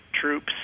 troops